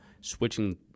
switching